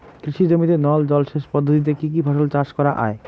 কৃষি জমিতে নল জলসেচ পদ্ধতিতে কী কী ফসল চাষ করা য়ায়?